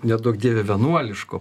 neduok dieve vienuoliško